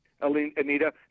Anita